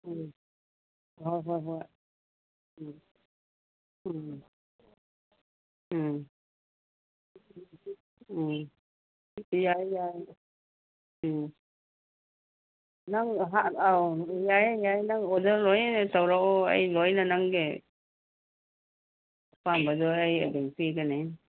ꯎꯝ ꯍꯣꯏ ꯍꯣꯏ ꯍꯣꯏ ꯎꯝ ꯎꯝ ꯎꯝ ꯎꯝ ꯎꯝ ꯌꯥꯏ ꯌꯥꯏ ꯎꯝ ꯅꯪ ꯑꯧ ꯌꯥꯏꯌꯦ ꯌꯥꯏꯌꯦ ꯅꯪ ꯑꯣꯔꯗꯔ ꯂꯣꯏꯅ ꯇꯧꯔꯛꯎ ꯑꯩ ꯂꯣꯏꯅ ꯅꯪꯒꯤ ꯑꯄꯥꯝꯕꯗꯨ ꯑꯩ ꯑꯗꯨꯝ ꯄꯤꯒꯅꯤ